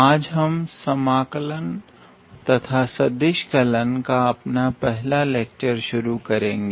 आज हम समाकलन तथा सदिश कलन का अपना पहला लेक्चर शुरू करेंगे